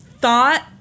thought